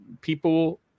people